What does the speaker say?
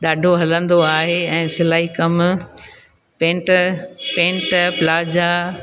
ॾाढो हलंदो आहे ऐं सिलाई कमु पेंट पेंट प्लाजा